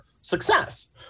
success